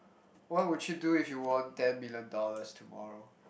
what would you do if you won ten million dollars tomorrow